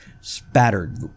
spattered